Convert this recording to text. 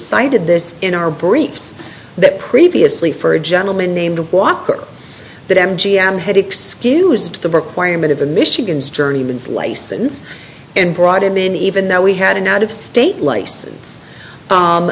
cited this in our briefs that previously for a gentleman named walker that m g m had excused the requirement of a michigan's journeyman's license and brought him in even though we had an out of state license